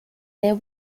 there